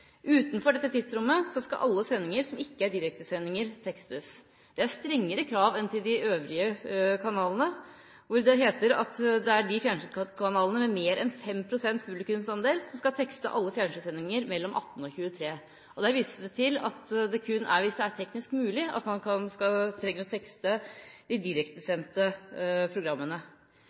Utenfor dette tidsrommet skal alle sendinger, som ikke er direktesendinger, tekstes. Det er strengere krav enn til de øvrige kanalene, hvor det heter at det er de fjernsynskanalene med mer enn 5 pst. publikumsandel som skal tekste alle fjernsynssendinger mellom kl. 18 og kl. 23. Der vises det til at det kun er hvis det er teknisk mulig, at man trenger å tekste de direktesendte programmene.